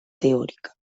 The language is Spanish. teórica